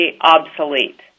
obsolete